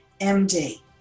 M-D